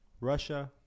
Russia